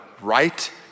right